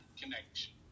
connection